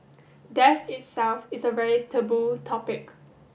death itself is a very taboo topic